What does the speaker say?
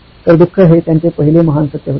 तर दुःख हे त्यांचे पहिले महान सत्य होते